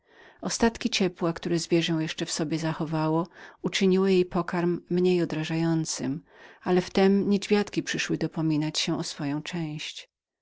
ostatki ciepła które zwierzę jeszcze w sobie zachowało uczyniły mój pokarm mniej odrażającym ale w tem niedźwiadki przyszły dopominać się o swoją część